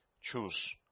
choose